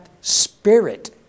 spirit